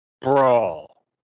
Brawl